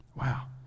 Wow